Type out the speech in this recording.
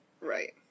Right